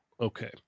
Okay